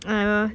uh